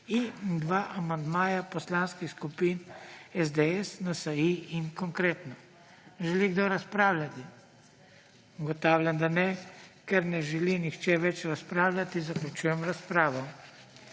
in dva amandmaja poslanskih skupin SDS, NSi in Konkretno. Želi kdo razpravljati? Ugotavljam, da ne. Ker ne želi nihče več razpravljati, zaključujem razpravo.